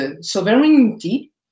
sovereignty